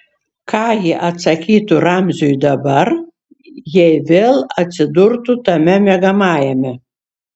ką ji atsakytų ramziui dabar jei vėl atsidurtų tame miegamajame